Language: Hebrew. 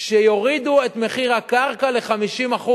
שיורידו את מחיר הקרקע ל-50%.